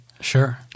Sure